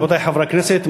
רבותי חברי הכנסת,